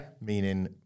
Meaning